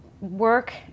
work